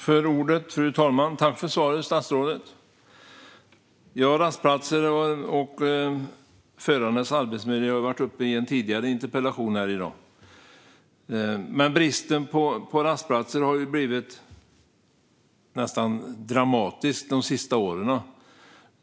Fru talman! Tack för svaret, statsrådet! Rastplatser och förarnas arbetsmiljö har varit uppe i en tidigare interpellationsdebatt här i dag. Bristen på rastplatser har blivit i det närmaste dramatisk de senaste åren.